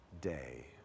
day